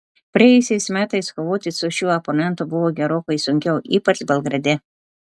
praėjusiais metais kovoti su šiuo oponentu buvo gerokai sunkiau ypač belgrade